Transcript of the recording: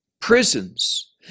prisons